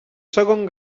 segon